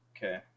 Okay